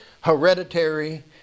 hereditary